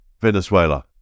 Venezuela